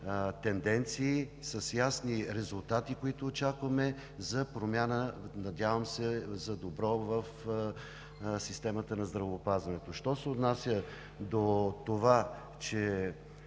тенденции, с ясни резултати, които очакваме, за промяна, надявам се за добро, в системата на здравеопазването. Що се отнася до това, че